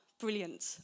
brilliant